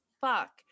fuck